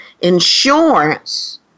insurance